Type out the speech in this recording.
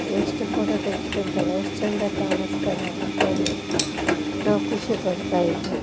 ಎಷ್ಟು ಫೋಟೋ ತಕ್ಕೊತಾರೆ ಎಷ್ಟು ಚಂದ ಕಾಣಿಸ್ತದೆ ಅಂತೇಳಿ ನಾವು ಖುಷಿಪಡ್ತಾ ಇದ್ವಿ